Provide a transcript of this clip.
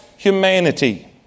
Humanity